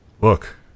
Look